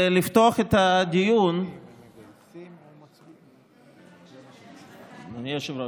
הדבר הכי בסיסי, אדוני היושב-ראש,